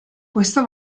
questa